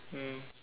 mm